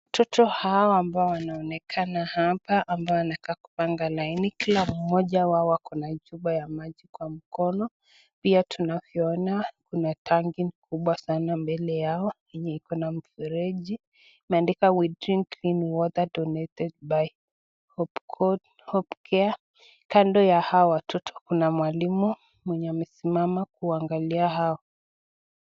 Watoto hawa ambao wanaonekana hapa ambao wanakaa kupanga laini kila mmoja wao ako na chupa ya maji kwa mkono, pia tunavyoona kuna tangi kubwa sana mbele yao yenye iko na mfereji imeandikwa,(cs)we drink in water donated by hopecare(cs) kando ya hao watoto kuna mwalimu mwenye amesimama kuangalia hao.